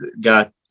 got